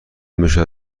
میشود